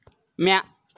म्या